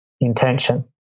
intention